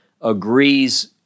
agrees